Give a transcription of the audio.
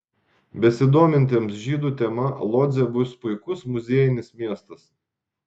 besidomintiems žydų tema lodzė bus puikus muziejinis miestas